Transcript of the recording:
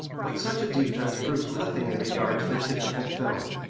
but such a defence proves nothing in regard to the typical film.